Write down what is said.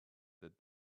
that